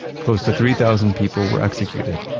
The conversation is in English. close to three thousand people were executed.